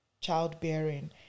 childbearing